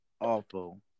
awful